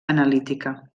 analítica